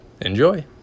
Enjoy